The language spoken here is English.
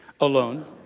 alone